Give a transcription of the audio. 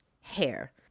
Hair